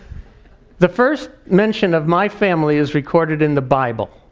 the first mention of my family is recorded in the bible.